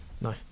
No